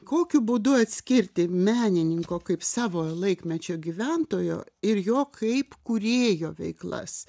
kokiu būdu atskirti menininko kaip savo laikmečio gyventojo ir jo kaip kūrėjo veiklas